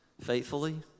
faithfully